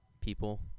people